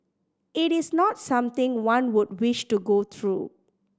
it is not something one would wish to go through